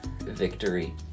victory